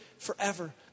Forever